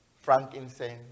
frankincense